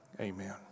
Amen